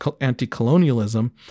anti-colonialism